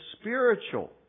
spiritual